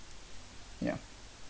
ya